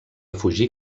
fugir